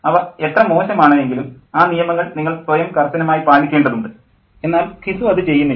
അവ എത്ര മോശമാണ് എങ്കിലും ആ നിയമങ്ങൾ നിങ്ങൾ സ്വയം കർശനമായി പാലിക്കേണ്ടതുണ്ട് എന്നാൽ ഘിസു അത് ചെയ്യുന്നില്ല